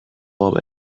باب